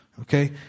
Okay